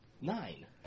Nine